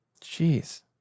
Jeez